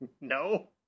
No